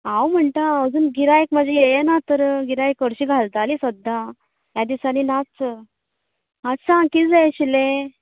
हांव म्हणटा अजून गिरायक म्हजे येना तर गिरायक अर्शी घालताली सद्दा ह्या दिसांनी नाच अच्छा कितें जाय आशिल्ले